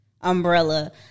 umbrella